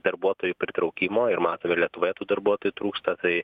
darbuotojų pritraukimo ir matome lietuvoje tų darbuotojų trūksta tai